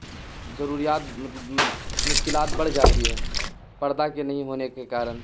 ضروریات مطلب مشکلات بڑھ جاتی ہے پردہ کے نہیں ہونے کے کارن